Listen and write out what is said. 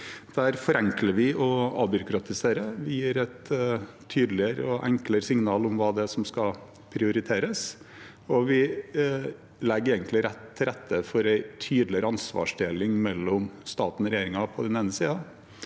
Der forenkler vi og avbyråkratiserer. Vi gir et tydeligere og enklere signal om hva som skal prioriteres, og vi legger egentlig til rette for en tydeligere ansvarsdeling mellom staten og regjeringen på den ene siden